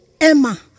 Emma